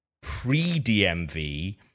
pre-DMV